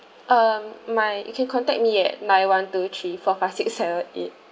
um my you can contact me at nine one two three four five six seven eight